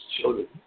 children